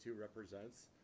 represents